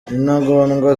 intagondwa